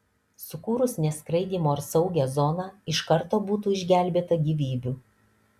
sukūrus neskraidymo ar saugią zoną iš karto būtų išgelbėta gyvybių